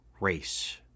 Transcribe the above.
race